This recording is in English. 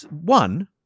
One